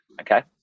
Okay